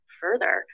further